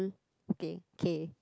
okay K